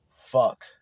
fuck